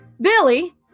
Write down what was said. Billy